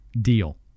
deal